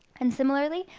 and similarly,